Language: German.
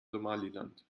somaliland